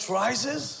rises